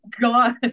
god